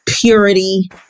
purity